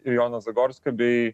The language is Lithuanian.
ir joną zagorską bei